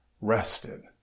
rested